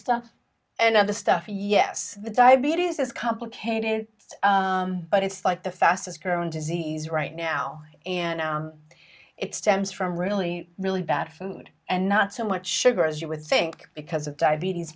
lista and other stuff yes the diabetes is complicated but it's like the fastest growing disease right now and it stems from really really bad food and not so much sugar as you would think because of diabetes